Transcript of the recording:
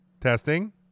testing